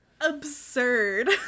absurd